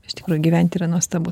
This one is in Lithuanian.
iš tikrųjų gyventi yra nuostabu